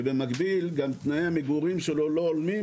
ובמקביל גם תנאי המגורים שלו לא הולמים,